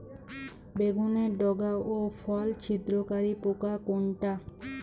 বেগুনের ডগা ও ফল ছিদ্রকারী পোকা কোনটা?